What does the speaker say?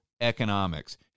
economics